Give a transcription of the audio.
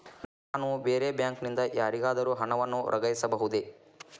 ನಾನು ಬೇರೆ ಬ್ಯಾಂಕ್ ನಿಂದ ಯಾರಿಗಾದರೂ ಹಣವನ್ನು ವರ್ಗಾಯಿಸಬಹುದೇ?